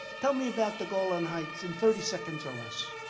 tell me about the golan heights in thirty seconds or less.